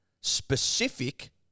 specific